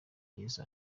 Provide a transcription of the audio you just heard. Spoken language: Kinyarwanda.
yezu